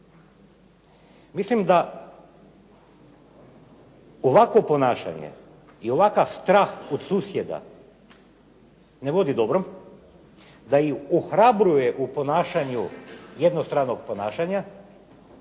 Mislim da ovakvo ponašanje i ovakav strah od susjeda ne vodi dobro, da ih ohrabruje u ponašanju jednostranog ponašanja